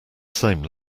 same